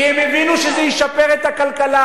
כי הם הבינו שזה ישפר את הכלכלה.